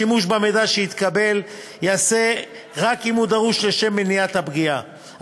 השימוש במידע שיתקבל ייעשה רק אם הוא דרוש לשם מניעת הפגיעה,